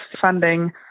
funding